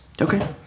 Okay